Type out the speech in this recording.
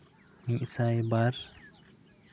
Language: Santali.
ᱢᱤᱫ ᱥᱟᱭ ᱵᱟᱨ